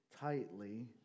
tightly